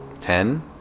Ten